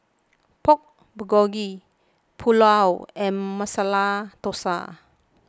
Pork Bulgogi Pulao and Masala Dosa